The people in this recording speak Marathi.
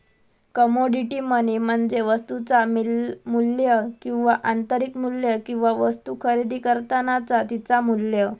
कमोडिटी मनी म्हणजे वस्तुचा मू्ल्य किंवा आंतरिक मू्ल्य किंवा वस्तु खरेदी करतानाचा तिचा मू्ल्य